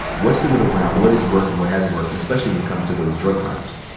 what's the middle ground? what has worked and what hasn't worked, especially when it comes to those drug crimes?